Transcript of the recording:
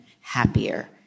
happier